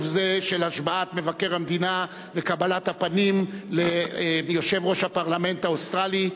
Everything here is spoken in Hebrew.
של השבעת מבקר המדינה ובקבלת הפנים ליושב-ראש הפרלמנט האוסטרלי.